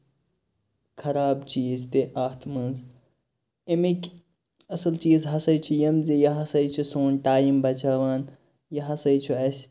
خَراب چیٖز تہِ اتھ مَنٛز ایٚمِکۍ اصٕل چیٖز ہَسا چھِ یِم زِ یہِ ہَسا چھِ سون ٹایم بَچاوان یہِ ہَسا چھُ اَسہِ